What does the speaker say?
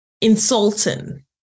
insulting